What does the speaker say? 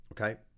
okay